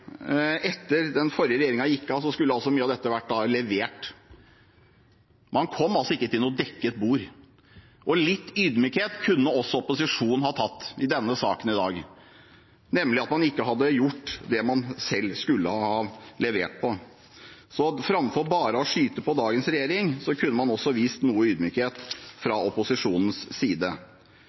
etter at den forrige regjeringen gikk av, skulle mye av dette vært levert. Man kom ikke til noe dekket bord, og litt ydmykhet kunne opposisjonen hatt i denne saken i dag over at man ikke hadde gjort det man selv skulle ha levert på. Så framfor bare å skyte på dagens regjering kunne man også vist noe ydmykhet fra opposisjonens side.